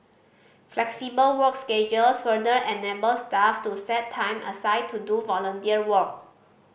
flexible work schedules further enable staff to set time aside to do volunteer work